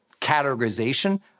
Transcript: categorization